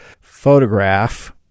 photograph